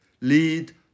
lead